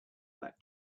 that